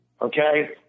okay